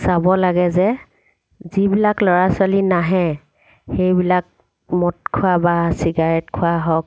চাব লাগে যে যিবিলাক ল'ৰা ছোৱালী নাহে সেইবিলাক মদ খোৱা বা চিগাৰেত খোৱা হওক